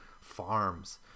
farms